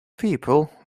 people